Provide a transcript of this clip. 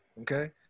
Okay